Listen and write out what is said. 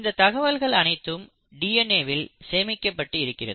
இந்த தகவல்கள் அனைத்தும் டி என் ஏ வில் சேமிக்கப்பட்டு இருக்கிறது